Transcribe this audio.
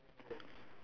and the person